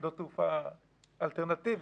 שדות תעופה אלטרנטיביים.